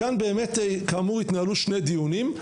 כאן באמת, כאמור, התנהלו שני דיונים.